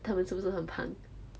他们是不是很胖